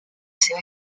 seva